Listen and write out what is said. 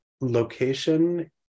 location